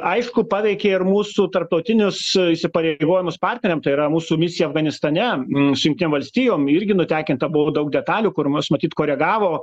aišku paveikė ir mūsų tarptautinius įsipareigojimus partneriam tai yra mūsų misija afganistane su jungtinėm valstijom irgi nutekinta buvo daug detalių kur mus matyt koregavo